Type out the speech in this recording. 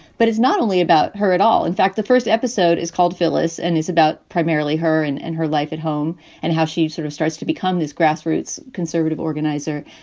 but it's not only about her at all. in fact, the first episode is called phyllis and is about primarily her and and her life at home and how she sort of starts to become this grassroots conservative organizer.